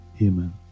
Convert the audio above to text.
Amen